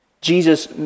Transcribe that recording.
Jesus